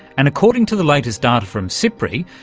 and according to the latest data from sipri,